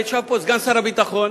ישב פה סגן שר הביטחון,